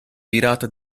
virata